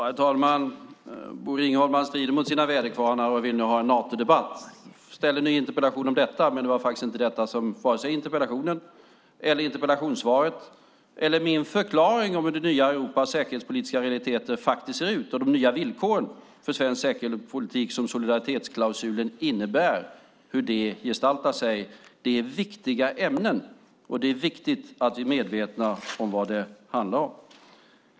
Herr talman! Bosse Ringholm strider mot sina väderkvarnar och vill nu ha en Natodebatt. Ställ en ny interpellation om det! Det var faktiskt inte detta vare sig interpellationen eller interpellationssvaret handlade om, eller min förklaring om hur det nya Europas säkerhetspolitiska realiteter faktiskt ser ut och hur de nya villkoren för svensk säkerhetspolitik som solidaritetsklausulen innebär gestaltar sig. Det är viktiga ämnen, och det är viktigt att vi är medvetna om vad det handlar om.